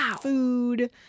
food